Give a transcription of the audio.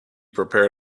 prepared